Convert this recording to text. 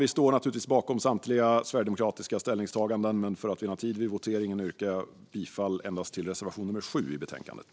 Vi står naturligtvis bakom samtliga sverigedemokratiska ställningstaganden, men för att vinna tid vid voteringen yrkar jag bifall endast till reservation 7 i betänkandet.